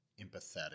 empathetic